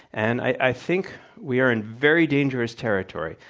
and i think we are in very dangerous territory.